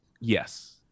yes